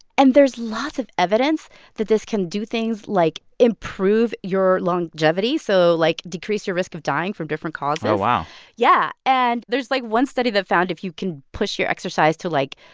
and there's lots of evidence that this can do things like improve your longevity so, like, decrease your risk of dying from different causes oh, wow yeah. and there's, like, one study that found if you can push your exercise to, like,